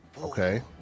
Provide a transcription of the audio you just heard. okay